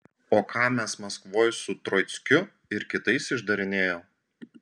o ką mes maskvoj su troickiu ir kitais išdarinėjom